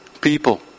people